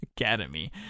Academy